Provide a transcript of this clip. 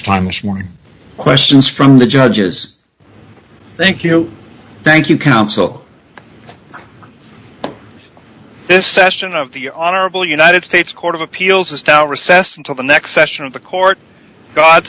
time this morning questions from the judges thank you thank you counsel this session of the honorable united states court of appeals the stout recess until the next session of the court god